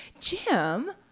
Jim